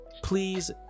please